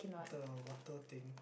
the water thing